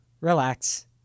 relax